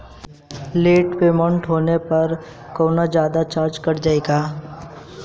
Late payment होला पर कौनोजादे चार्ज कट जायी का?